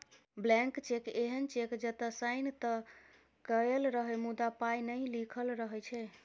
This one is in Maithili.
ब्लैंक चैक एहन चैक जतय साइन तए कएल रहय मुदा पाइ नहि लिखल रहै छै